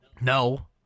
No